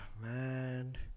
man